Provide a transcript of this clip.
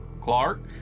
Clark